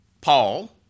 Paul